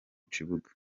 kibuga